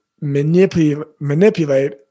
manipulate